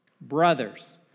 Brothers